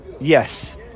Yes